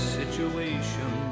situation